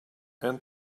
and